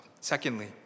Secondly